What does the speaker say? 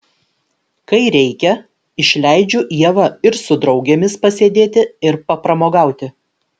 kai reikia išleidžiu ievą ir su draugėmis pasėdėti ir papramogauti